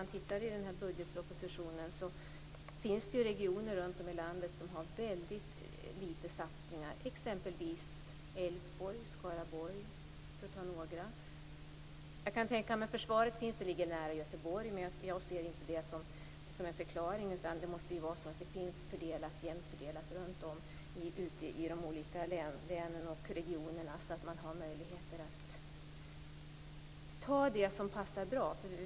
Av budgetpropositionen framgår att det finns regioner runtom i landet som har väldigt lite satsningar, exempelvis Älvsborg och Skaraborg, för att peka på några. Jag kan tänka mig att man visserligen försvarar sig med exemplet Göteborg. Jag ser inte det som en förklaring. Det måste finnas jämnt fördelat i de olika länen och regionerna, så att det finns möjligheter att ta det som passar bra.